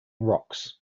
rocks